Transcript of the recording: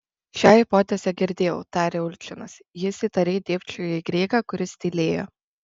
šią hipotezę girdėjau tarė ulčinas jis įtariai dėbčiojo į grygą kuris tylėjo